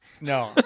No